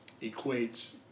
equates